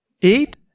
eat